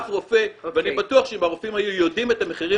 אני בטוח שאם הרופאים היו יודעים את המחירים